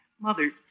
Mother